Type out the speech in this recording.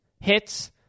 hits